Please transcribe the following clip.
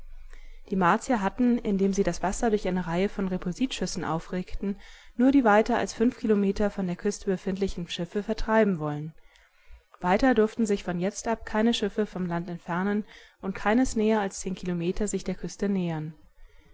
die martier hatten indem sie das wasser durch eine reihe von repulsitschüssen aufregten nur die weiter als fünf kilometer von der küste befindlichen schiffe vertreiben wollen weiter durfte sich von jetzt ab kein schiff vom land entfernen und keines näher als zehn kilometer sich der küste nähern